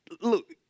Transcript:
look